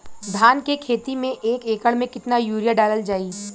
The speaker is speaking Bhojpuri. धान के खेती में एक एकड़ में केतना यूरिया डालल जाई?